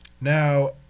Now